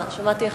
אה, שמעתי אחד.